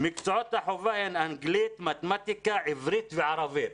מקצועות החובה הם אנגלית, מתמטיקה, עברית וערבית.